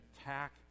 attack